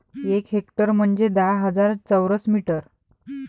एक हेक्टर म्हंजे दहा हजार चौरस मीटर